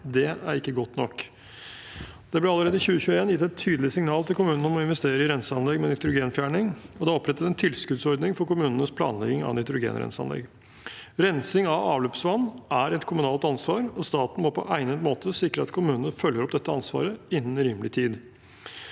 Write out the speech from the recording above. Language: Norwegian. Det er ikke godt nok. Det ble allerede i 2021 gitt et tydelig signal til kommunene om å investere i renseanlegg med nitrogenfjerning, og det er opprettet en tilskuddsordning for kommunenes planlegging av nitrogenrenseanlegg. Rensing av avløpsvann er et kommunalt ansvar, og staten må på egnet måte sikre at kommunene følger opp dette ansvaret innen rimelig tid.